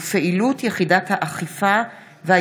מאת חברי הכנסת